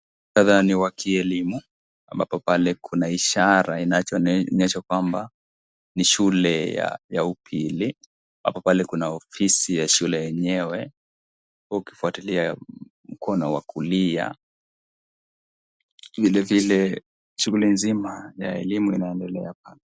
Muktadha ni wa kielimu ambapo pale kunaishara inachoonyesha kwamba ni shule ya upili, ambapo pale kuna ofisi ya shule yenyewe, ukifuatilia mkono wa kulia vilevile shughuli nzima ya elimu inaendelea apa.